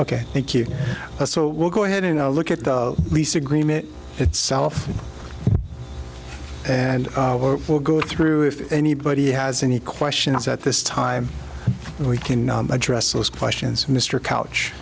ok thank you so we'll go ahead and i look at the lease agreement itself and we'll go through if anybody has any questions at this time and we can address those questions mr couch